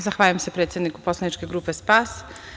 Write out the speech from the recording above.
Zahvaljujem se predsedniku poslaničke grupe SPAS.